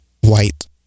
white